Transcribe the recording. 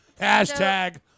Hashtag